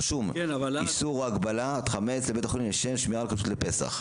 רשום: איסור או הגבלת חמץ לבית החולים לשם שמירה על כשרות לפסח.